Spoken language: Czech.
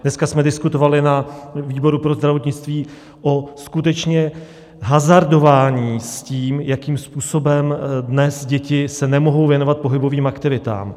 Dneska jsme diskutovali na výboru pro zdravotnictví o skutečně hazardování s tím, jakým způsobem dnes děti se nemohou věnovat pohybovým aktivitám.